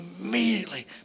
immediately